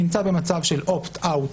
נמצא במצב של opt-out,